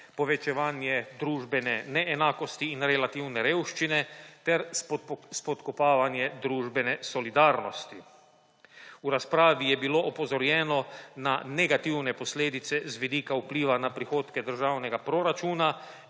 povečevanje družbene neenakosti in relativne revščine ter spodkopavanje družbene solidarnosti. V razpravi je bilo opozorjeno na negativne posledice z vidika vpliva na prihodke državnega proračuna